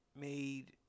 made